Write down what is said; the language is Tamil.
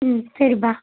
ம் சரிப்பா